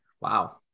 Wow